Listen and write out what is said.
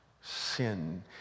sin